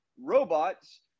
robots